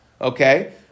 Okay